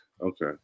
Okay